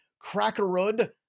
Crackerud